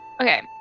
okay